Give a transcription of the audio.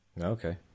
Okay